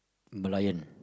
um Merlion